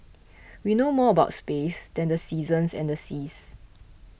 we know more about space than the seasons and the seas